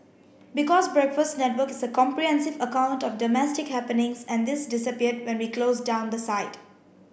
because breakfasts network is a comprehensive account of domestic happenings and this disappeared when we closed down the site